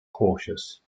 cautious